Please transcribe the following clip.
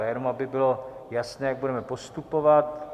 Jenom aby bylo jasné, jak budeme postupovat.